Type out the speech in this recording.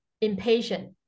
impatient